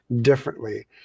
differently